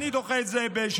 אני דוחה את זה בחודש.